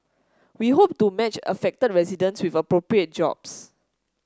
we hope to match affected residents with appropriate jobs